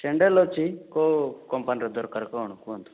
sandal ଅଛି କେଉଁ କମ୍ପାନୀର ଦରକାର କ'ଣ କୁହନ୍ତୁ